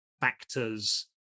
factors